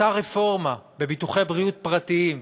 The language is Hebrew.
רפורמה בביטוחי בריאות פרטיים,